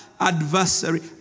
adversary